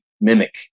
mimic